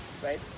Right